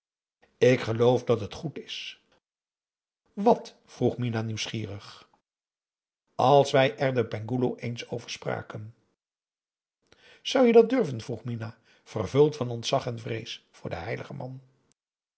ik geloof dat het goed is wat vroeg minah nieuwsgierig als wij er den penghoeloe eens over spraken zou je dat durven vroeg minah vervuld van ontzag en vrees voor den heiligen man